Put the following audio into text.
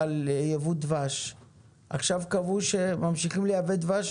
עכשיו קבעו שממשיכים לייבא דבש